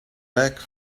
back